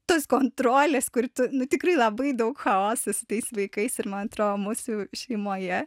tas kontrolės kur tu nu tikrai labai daug chaoso su tais vaikais ir man atrodo mūsų šeimoje